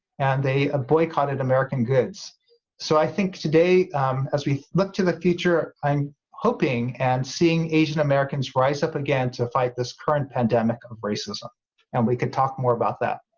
and they ah boycotted american goods so i think today as we look to the future i'm hoping and seeing asian-americans rise up again to fight this current pandemic of racism and we can talk more about that.